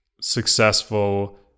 successful